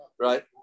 right